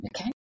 okay